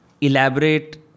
elaborate